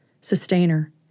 Sustainer